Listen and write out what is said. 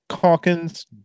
Calkins